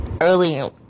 Earlier